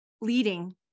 leading